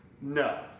no